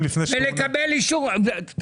ולקבל אישור?